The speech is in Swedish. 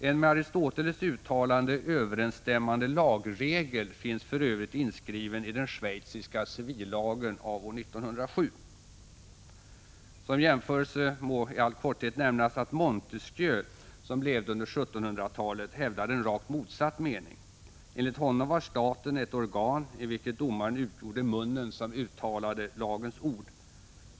En med Aristoteles uttalande överensstämmande lagregel finns för övrigt inskriven i den schweziska civillagen av år 1907. Som jämförelse må i korthet nämnas att Montesquieu, som levde under 1700-talet, hävdade en rakt motsatt mening. Enligt honom var staten ett organ i vilket domaren utgjorde munnen som uttalade lagens ord.